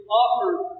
offered